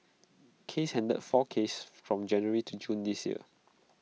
case handled four cases from January to June this year